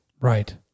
Right